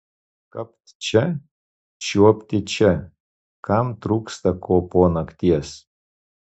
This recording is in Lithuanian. kapt čia čiuopti čia kam trūksta ko po nakties